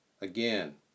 Again